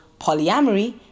polyamory